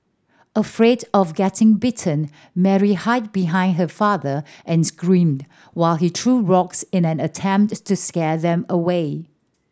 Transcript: afraid of getting bitten Mary hide behind her father and screamed while he threw rocks in an attempt to scare them away